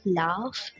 laugh